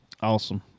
Awesome